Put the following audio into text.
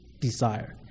desire